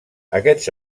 aquests